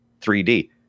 3d